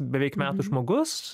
beveik metų žmogus